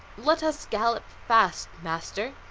let us gallop fast, master,